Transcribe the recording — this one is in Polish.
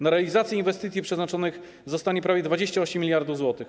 Na realizację inwestycji przeznaczonych zostanie prawie 28 mld zł.